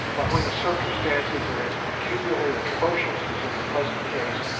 but when the circumstances are as peculiarly atrocious as in the present case,